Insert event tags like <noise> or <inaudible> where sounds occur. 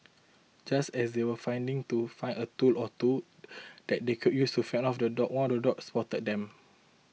just as they were finding to find a tool or two <noise> that they could use to fend off the dogs one of the dogs spotted them